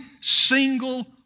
single